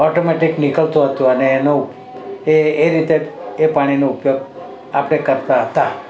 automatic નીકળતું હતું અને એનો એ એ રીતે એ પાણીનો ઉપયોગ આપણે કરતા હતા